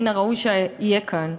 מן הראוי שיהיה כאן.